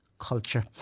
culture